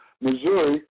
Missouri